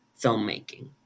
filmmaking